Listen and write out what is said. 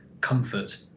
comfort